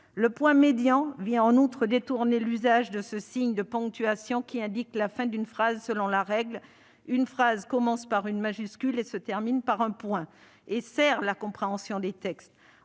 au point médian vient détourner l'usage de ce signe de ponctuation qui indique la fin d'une phrase selon la règle « une phrase commence par une majuscule et se termine par un point » et qui sert la compréhension des textes.